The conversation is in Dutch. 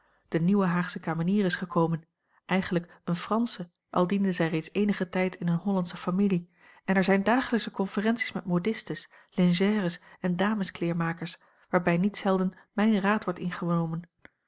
de nieuwe haagsche kamenier is gekomen eigenlijk eene fransche al diende zij reeds eenigen tijd in eene hollandsche familie en er zijn dagelijks conferenties met modistes lingères en dameskleermakers waarbij niet zelden mijn raad wordt ingenomen